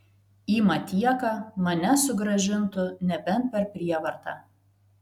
į matieką mane sugrąžintų nebent per prievartą